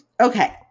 Okay